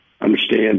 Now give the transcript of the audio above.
understand